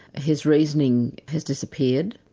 his reasoning has disappeared,